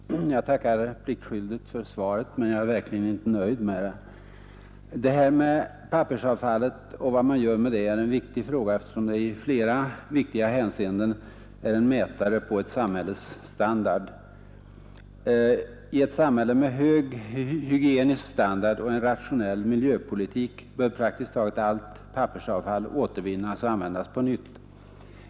Herr talman! Jag tackar pliktskyldigast för svaret, men jag är verkligen inte nöjd med det. Det här med pappersavfallet och vad man gör med det är en viktig fråga eftersom det i flera väsentliga hänseenden är mätare på ett samhälles standard. I ett samhälle med hög hygienisk standard och en rationell miljöpolitik bör praktiskt taget allt pappersavfall återvinnas och användas på nytt.